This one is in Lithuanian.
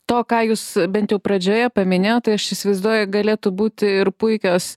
to ką jūs bent pradžioje paminėjot tai aš įsivaizduoju galėtų būti ir puikios